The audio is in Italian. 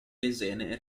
lesene